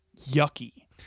yucky